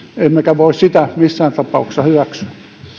emme voi missään tapauksessa hyväksyä